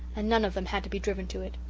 and none of them had to be driven to it.